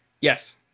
yes